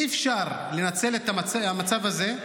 אי-אפשר לנצל את המצב הזה: